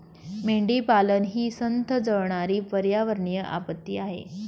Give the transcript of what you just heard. मेंढीपालन ही संथ जळणारी पर्यावरणीय आपत्ती आहे